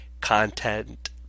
content